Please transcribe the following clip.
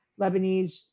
Lebanese